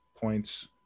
points